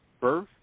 birth